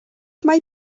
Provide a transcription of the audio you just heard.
mae